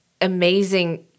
amazing